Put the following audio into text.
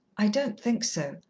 i don't think so.